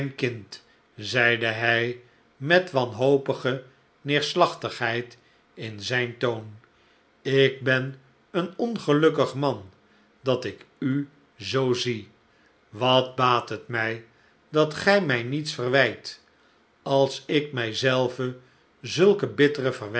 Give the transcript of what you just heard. zeide hij met wanhopige neerslachtigheid in zijn toon ik ben een ongelukkig man dat ik u zoo zie wat baat het mij dat gij mij niets verwijt als ik mij zelven zulke bittere